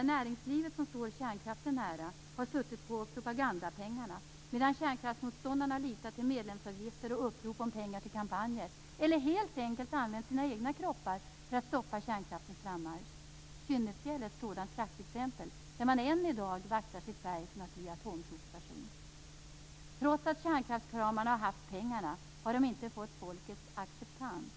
Näringslivet som står kärnkraften nära har suttit på propagandapengarna medan kärnkraftsmotståndarna har litat till medlemsavgifter och upprop om pengar till kampanjer eller helt enkelt använt sina egna kroppar för att stoppa kärnkraftens frammarsch. Kynnefjäll är ett sådant praktexempel där man än i dag vaktar sitt berg från att bli atomsopstation. Trots att kärnkraftskramarna har haft pengarna har de inte fått folket acceptans.